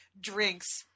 drinks